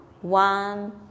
one